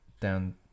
down